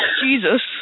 Jesus